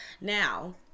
now